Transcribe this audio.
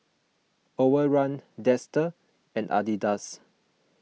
Overrun Dester and Adidas